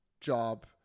job